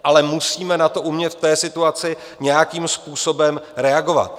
Ale musíme na to umět v té situaci nějakým způsobem reagovat.